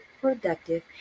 productive